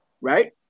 right